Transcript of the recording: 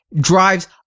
drives